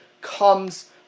comes